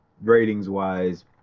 ratings-wise